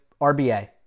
RBA